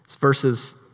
Verses